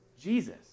Jesus